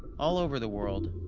all over the world,